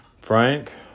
Frank